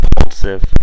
impulsive